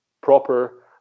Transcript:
proper